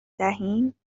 دهیم